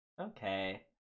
okay